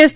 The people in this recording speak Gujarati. એસ